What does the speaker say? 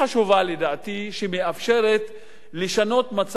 שמאפשרת לשנות מצב של משפחה,